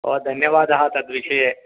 ओ धन्यवादः तद्विषये